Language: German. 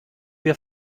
wir